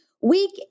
Week